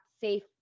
safe